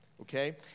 okay